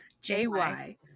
J-Y